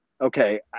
okay